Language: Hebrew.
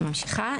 אני ממשיכה.